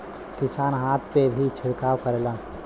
किसान हाथ से भी छिड़काव करेलन